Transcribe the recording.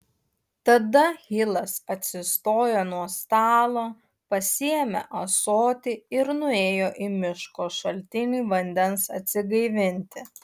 tada hilas atsistojo nuo stalo pasiėmė ąsotį ir nuėjo į miško šaltinį vandens atsigaivinti